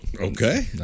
okay